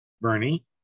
Bernie